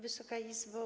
Wysoka Izbo!